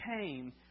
came